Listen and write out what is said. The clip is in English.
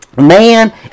Man